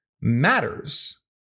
matters